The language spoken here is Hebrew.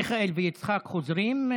מיכאל ויצחק חוזרים?